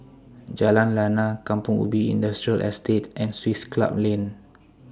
Jalan Lana Kampong Ubi Industrial Estate and Swiss Club Lane